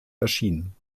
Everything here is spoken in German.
erschien